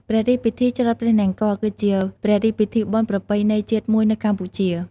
ព្រះរាជពិធី ច្រត់ព្រះនង្គ័ល គឺជាព្រះរាជពិធីបុណ្យប្រពៃណីជាតិមួយនៅកម្ពុជា។